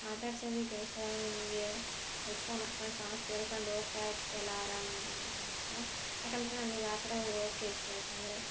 ಮಾತಾಡ್ಸೋದೆ ಕೇಳಿಸಲ್ಲ ನಿನಗೆ ಹೆಡ್ಫೋನ್ ಹಾಕೊಂಡ್ ಸಾಂಗ್ಸ್ ಕೇಳ್ಕೊಂಡು ಹೋಗ್ತಾ ಇರ್ತೀಯಲ್ಲ ಆರಾಮಾಗಿ ಅಂತ ಅಂತ ಯಾಕೆಂದ್ರೆ ನನಿಗೆ ಆ ಥರ ಹೋಗಕೆ ಇಷ್ಟ ಯಾಕೆಂದ್ರೆ